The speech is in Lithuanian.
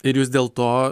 ir jūs dėl to